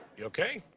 okay?